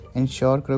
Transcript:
ensure